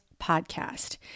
podcast